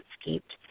escaped